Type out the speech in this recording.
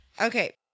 Okay